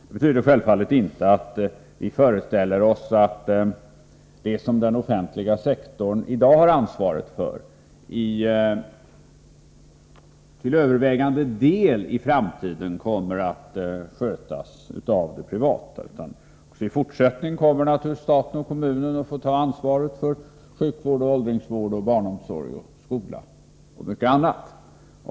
Det betyder självfallet inte att vi föreställer oss att det som den offentliga sektorn i dag har ansvaret för till övervägande del i framtiden kommer att skötas av privata organisationer, utan även i fortsättningen kommer naturligtvis stat och kommun att få ta ansvar för sjukvård, åldringsvård, barnomsorg, skolor och mycket annat.